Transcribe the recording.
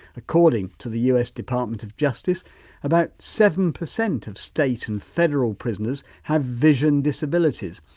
according to the us department of justice about seven percent of state and federal prisoners have vision disabilities,